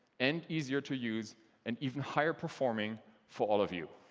and easier to use and even higher performing for all of you.